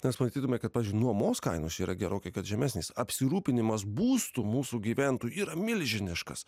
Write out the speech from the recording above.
mes pamatytume kad pavyzdžiui nuomos kainos čia yra gerokai kad žemesnės apsirūpinimas būstu mūsų gyventojų yra milžiniškas